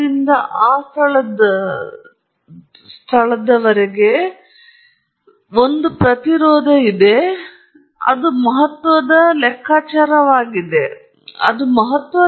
ಇದು ನಿಮ್ಮ ಒಟ್ಟಾರೆ ಮಾಪನವನ್ನು ಅಸಮಾಧಾನಗೊಳಿಸುತ್ತದೆ ನೀವು ಈ ಸಂಪೂರ್ಣ ವಿಷಯವನ್ನು ಅಳತೆ ಮಾಡುತ್ತಿದ್ದೀರಿ ಮತ್ತು ಅದು ಇಲ್ಲಿ ನೀವು R ನಂತೆ ನೋಡುತ್ತಿರುವಿರಿ ಮತ್ತು 20 ಅಥವಾ 30 ಪ್ರತಿಶತದಷ್ಟು ಅಥವಾ ನಿಮ್ಮಿಂದ ಏನನ್ನಾದರೂ ಸುಲಭವಾಗಿ ತಿಳಿದುಕೊಳ್ಳಬಹುದು ನೀವು R ಎಂದು ಊಹಿಸುತ್ತೀರಿ